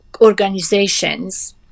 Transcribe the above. organizations